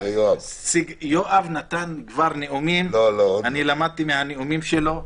יואב נתן כבר נאומים, אני למדתי מהנאומים שלו.